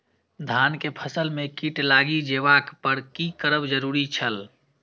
धान के फसल में कीट लागि जेबाक पर की करब जरुरी छल?